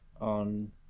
on